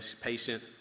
patient